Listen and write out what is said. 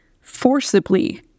forcibly